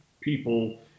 people